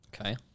Okay